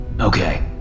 okay